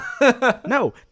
no